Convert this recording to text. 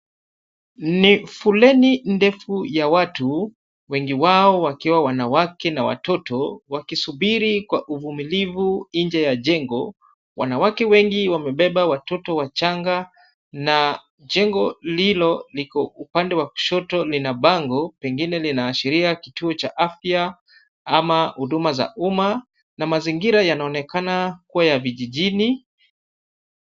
Ni foleni ndefu ya watu, wengi wao wakiwa wanawake na watoto wakisubiri kwa uvumilivu nje ya jengo. Wanawake wengi wamebeba watoto wachanga na jengo lilo liko upande wa kushoto lina bango, pengine linaashiria kituo cha afya ama huduma za umma na mazingira yanaonekana kuwa ya vijijini.